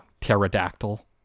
pterodactyl